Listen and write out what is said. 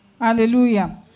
Hallelujah